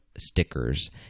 stickers